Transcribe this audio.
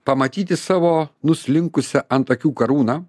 pamatyti savo nuslinkusią ant akių karūną